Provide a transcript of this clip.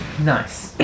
nice